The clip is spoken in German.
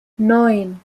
neun